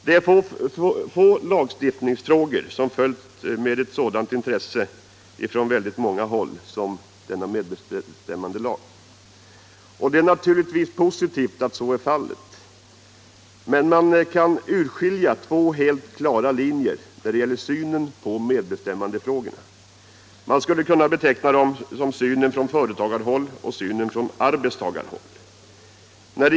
Det är få lagstiftningsfrågor som följts med sådant intresse från olika håll som denna medbestämmandelag. Det är naturligtvis positivt att så är fallet, men när det gäller synen på medbestämmandefrågorna kan man urskilja två helt olika linjer. Man skulle kunna beteckna de linjerna som synen från företagarhåll och synen från arbetstagarhåll.